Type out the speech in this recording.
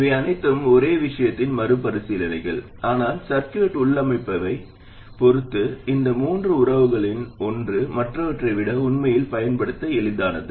இவை அனைத்தும் ஒரே விஷயத்தின் மறுபரிசீலனைகள் ஆனால் சர்கியூட் உள்ளமைவைப் பொறுத்து இந்த மூன்று உறவுகளில் ஒன்று மற்றவற்றை விட உண்மையில் பயன்படுத்த எளிதானது